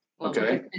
okay